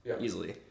easily